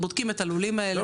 בודקים את הלולים האלה,